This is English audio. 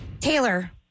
Taylor